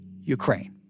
Ukraine